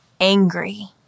angry